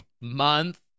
month